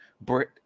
Brit